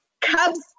Cubs